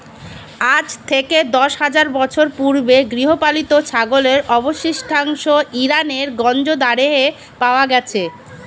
আজ থেকে দশ হাজার বছর পূর্বে গৃহপালিত ছাগলের অবশিষ্টাংশ ইরানের গঞ্জ দারেহে পাওয়া গেছে